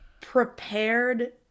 prepared